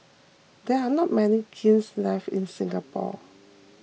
there are not many kilns left in Singapore